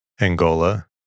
Angola